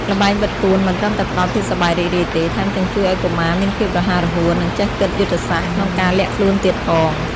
ល្បែងបិទពួនមិនត្រឹមតែផ្ដល់ភាពសប្បាយរីករាយទេ ថែមទាំងជួយឲ្យកុមារមានភាពរហ័សរហួន និងចេះគិតយុទ្ធសាស្ត្រក្នុងការលាក់ខ្លួនទៀតផង។